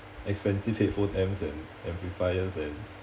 expensive headphone amps and amplifiers and